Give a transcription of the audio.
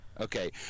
Okay